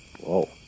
Whoa